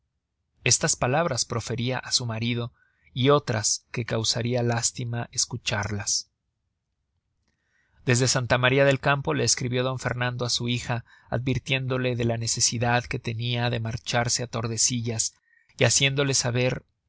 estas palabras proferia á su marido y otras que causaria lástima escucharlas desde santa maría del campo le escribió d fernando á su hija advirtiéndole de la necesidad que tenia de marcharse á tordesillas y haciéndola saber